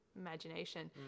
imagination